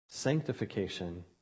sanctification